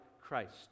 Christ